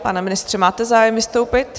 Pane ministře, máte zájem vystoupit?